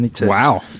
Wow